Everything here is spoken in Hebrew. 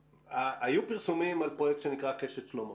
היו פרסומים על פרויקט שנקרא 'קלע שלמה',